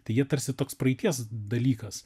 tai jie tarsi toks praeities dalykas